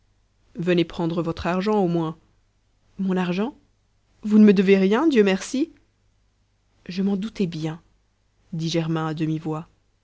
venez prendre votre argent au moins mon argent vous ne me devez rien dieu merci je m'en doutais bien dit germain à